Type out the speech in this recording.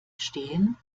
stehen